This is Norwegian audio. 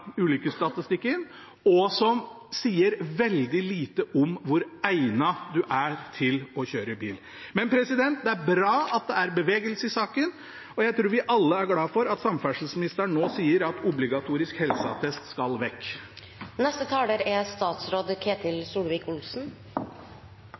ulykkesstatistikken, og som sier veldig lite om hvor egnet man er til å kjøre bil. Men det er bra at det er bevegelse i saken, og jeg tror vi alle er glade for at samferdselsministeren nå sier at obligatorisk helseattest skal vekk.